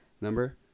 Number